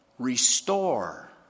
Restore